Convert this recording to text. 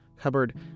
cupboard